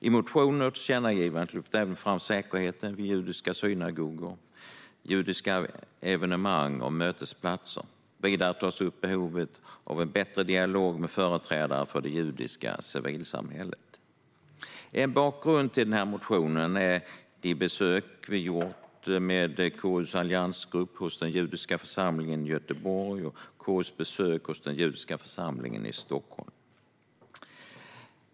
I motionen och i tillkännagivandet lyfts även säkerheten vid judiska synagogor, evenemang och mötesplatser fram. Vidare tas behovet av en bättre dialog med företrädare för det judiska civilsamhället upp. En bakgrund till motionen är de besök som KU:s alliansgrupp har gjort hos den judiska församlingen i Göteborg och KU:s besök hos den judiska församlingen i Stockholm.